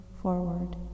forward